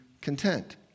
content